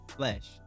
flesh